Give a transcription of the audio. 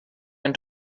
ein